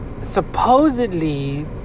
supposedly